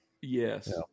yes